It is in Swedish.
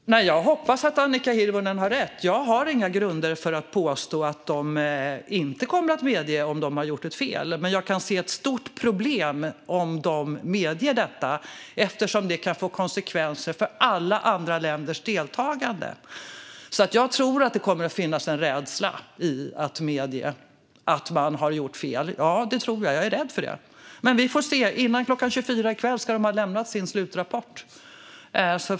Fru talman! Jag hoppas att Annika Hirvonen Falk har rätt. Jag har inga grunder för att påstå att de inte kommer att medge om de har gjort ett fel. Men jag kan se ett stort problem om de medger detta, eftersom det kan få konsekvenser för alla andra länders deltagande. Jag tror att det kommer att finnas en rädsla för att ha gjort fel. Jag är rädd för det. Men vi får se. Före kl. 24 i kväll ska de ha lämnat sin slutrapport.